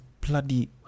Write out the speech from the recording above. bloody